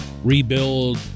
rebuild